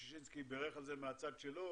ששינסקי בירך על זה מהצד שלו